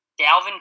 Dalvin